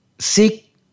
Seek